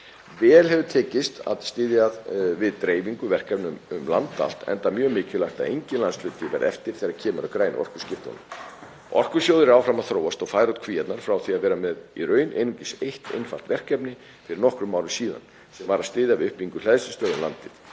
Vel hefur tekist að styðja við dreifingu verkefna um land allt enda mjög mikilvægt að enginn landshluti verði eftir þegar kemur að grænu orkuskiptunum. Orkusjóður er áfram að þróast og færa út kvíarnar frá því að vera með í raun einungis eitt einfalt verkefni fyrir nokkrum árum síðan, sem var að styðja við uppbyggingu hleðslustöðva um landið,